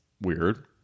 weird